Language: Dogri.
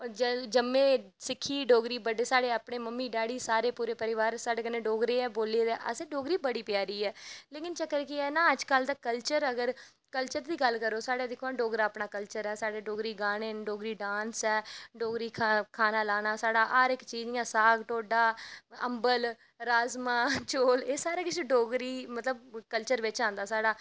जम्मे सिक्खी गै डोगरी बड्डे साढ़े अपने मम्मी स्याने सारे कन्नै डोगरी गै बोली ते असैं डोगरी बड़ी प्यारी ऐ लेकिन चक्कर केह् ऐ ना अज्ज कल दा कल्चर दी गल्ल करो साढ़े कल्चर ऐ साढ़े डोगरी गाने न डोगरी डांस ऐ डोगरी खाना लाना साढ़ा जियां साग ढोडा अम्बल राजमां दोल एहह् सारी किश डोगरी मतलव कलचर बिच्च आंदा साढ़ा